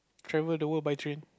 travel the world by train